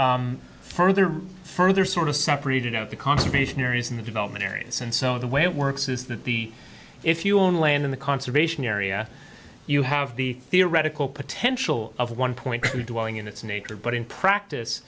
six further further sort of separated out the conservation areas in the development areas and so the way it works is that the if you own land in the conservation area you have the theoretical potential of one point three dwelling in its nature but in practice